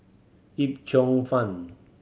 Yip Cheong Fun